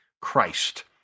Christ